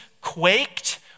quaked